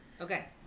Okay